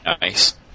nice